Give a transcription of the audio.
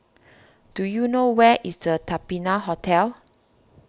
do you know where is the Patina Hotel